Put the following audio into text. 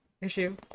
issue